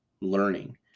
learning